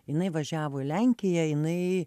jinai važiavo į lenkiją jinai